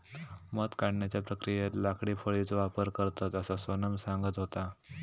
मध काढण्याच्या प्रक्रियेत लाकडी फळीचो वापर करतत, असा सोनम सांगत होता